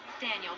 Daniel